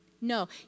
No